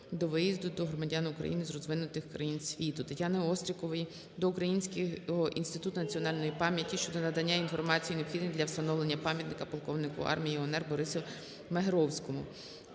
до в'їзду до України громадян з розвинутих країн світу. Тетяни Острікової до Українського інституту національної пам'яті щодо надання інформації необхідної для встановлення пам'ятника полковнику армії УНР Борису Магеровському.